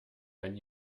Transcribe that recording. when